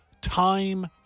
Time